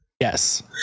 Yes